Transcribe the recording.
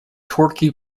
torquay